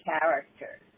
character